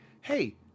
Hey